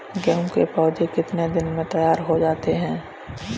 गेहूँ के पौधे कितने दिन में तैयार हो जाते हैं?